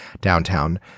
downtown